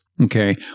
okay